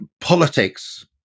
politics